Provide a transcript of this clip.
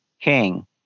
king